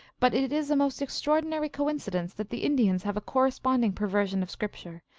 but it is a most extraordinary coincidence that the indians have a corresponding perversion of scripture,